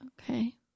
Okay